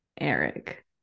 Eric